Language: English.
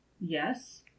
Yes